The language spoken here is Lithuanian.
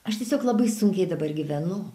aš tiesiog labai sunkiai dabar gyvenu